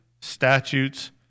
statutes